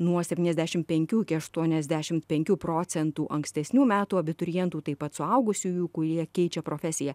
nuo septyniasdešimt penkių iki aštuoniasdešimt penkių procentų ankstesnių metų abiturientų taip pat suaugusiųjų kurie keičia profesiją